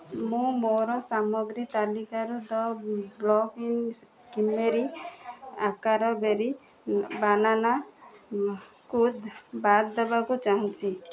ମୁଁ ମୋର ସାମଗ୍ରୀ ତାଲିକାରୁ ଦ ବୃକ୍ଲିନ୍ କିମରି ଆକାର ବେରୀ ବାନାନାକୁ ବାଦ୍ ଦେବାକୁ ଚାହୁଁଛି